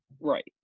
Right